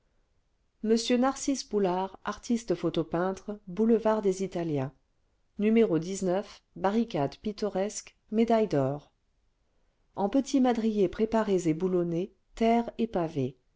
m narcisse boulard artiste photo peintre boulevard des italiens to barricade pittoresque médaille d'or le vingtième siècle en petits madriers préparés et boulonnés terre et pavés